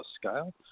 scale